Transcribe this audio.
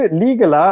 legal